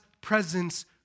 Presence